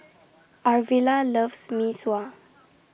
Arvilla loves Mee Sua